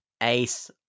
Ace